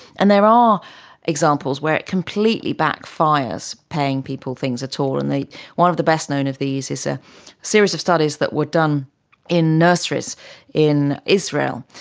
and there are examples where it completely backfires, paying people things at all. and one of the best known of these is a series of studies that were done in nurseries in israel,